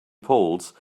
polls